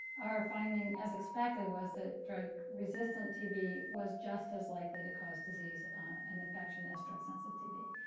our finding, as expected, was that drug-resistant tb was just as likely to cause disease and infection as drug-sensitive tb.